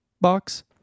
box